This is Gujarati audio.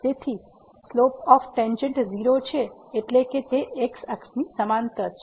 તેથી સ્લોપ ઓફ ટેંજેન્ટ 0 છે એટલે કે તે x અક્ષની સમાંતર છે